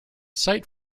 site